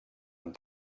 amb